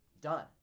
done